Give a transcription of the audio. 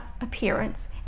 appearance